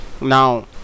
now